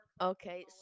Okay